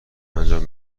انجام